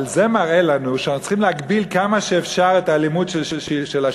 אבל זה מראה לנו שאנחנו צריכים להגביל כמה שאפשר את האלימות של השלטון,